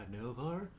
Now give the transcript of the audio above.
Novar